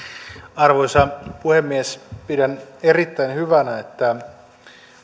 arvoisa puhemies pidän erittäin hyvänä että